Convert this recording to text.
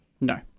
No